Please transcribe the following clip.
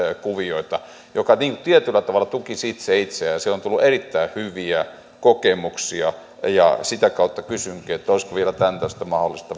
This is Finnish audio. kuvioita jotka tietyllä tavalla tukisivat itse itseään siellä on tullut erittäin hyviä kokemuksia ja sitä kautta kysynkin olisiko vielä tämmöistä mahdollista